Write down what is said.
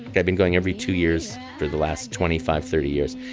like i've been going every two years for the last twenty five thirty years.